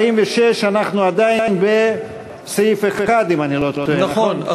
46, אנחנו עדיין בסעיף 1 אם אני לא טועה, נכון?